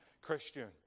Christian